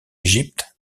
égypte